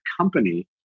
company